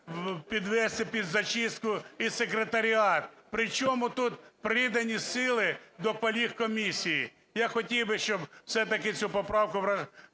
підвести під зачистку і секретаріат. Причому тут придані сили до кваліфкомісії? Я хотів би, щоб все-таки цю поправку врахували.